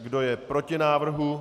Kdo je proti návrhu?